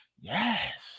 Yes